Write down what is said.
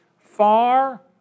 far